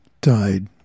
died